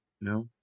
No